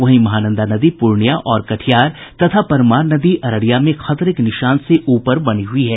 वहीं महानंदा नदी पूर्णियां और कटिहार तथा परमान नदी अररिया में खतरे के निशान से ऊपर बनी हुई है